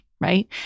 right